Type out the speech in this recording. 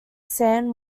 san